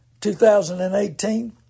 2018